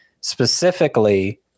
Specifically